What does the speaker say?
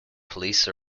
police